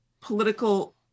political